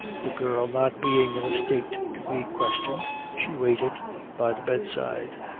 the girl not being in a state to be questioned she waited by the bedside.